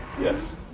Yes